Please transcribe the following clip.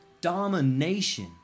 Domination